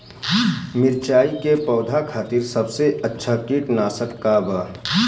मिरचाई के पौधा खातिर सबसे अच्छा कीटनाशक का बा?